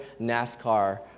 NASCAR